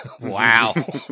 Wow